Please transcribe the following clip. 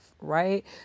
right